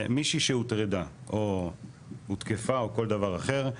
מישהי שהוטרדה או הותקפה או כל דבר אחר,